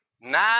Nine